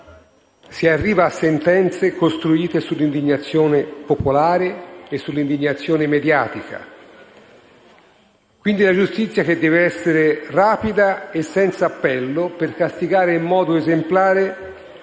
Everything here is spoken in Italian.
si arriva a sentenze costruite sull'indignazione popolare e mediatica. La giustizia deve essere rapida e senza appello per castigare in modo esemplare